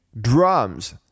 drums